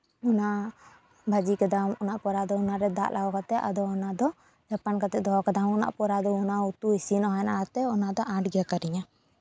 ᱚᱱᱟ ᱵᱷᱟᱹᱡᱤ ᱠᱮᱫᱟᱢ ᱚᱱᱟ ᱯᱚᱨ ᱟᱫᱚ ᱚᱱᱟᱨᱮ ᱫᱟᱜ ᱞᱟᱜᱟᱣ ᱠᱟᱛᱮᱫ ᱟᱫᱚ ᱚᱱᱟ ᱫᱚ ᱫᱷᱟᱯᱟᱱ ᱠᱟᱛᱮᱜ ᱫᱚᱦᱚ ᱠᱟᱫᱟᱢ ᱚᱱᱟ ᱯᱚᱨ ᱟᱫᱚ ᱚᱱᱟ ᱩᱛᱩ ᱤᱥᱤᱱ ᱦᱩᱭᱱᱟ ᱟᱛᱮᱜ ᱚᱱᱟᱛᱮ ᱚᱱᱟ ᱫᱚ ᱟᱸᱴ ᱜᱮ ᱟᱴᱠᱟᱨᱤᱧᱟ